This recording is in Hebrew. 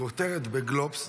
כותרת בגלובס,